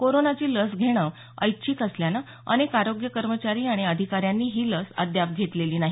कोरोनाची लस घेणं ऐच्छिक असल्यानं अनेक आरोग्य कर्मचारी आणि अधिकाऱ्यांनी ही लस अद्याप घेतलेली नाही